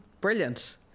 Brilliant